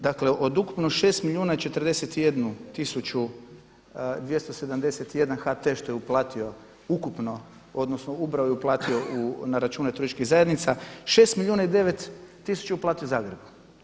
Dakle, od ukupno 6 milijuna i 41271 HT što je uplatio ukupno, odnosno ubrao i uplatio na račune turističkih zajednica 6 milijuna i 9 tisuća je uplatio Zagrebu.